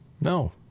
No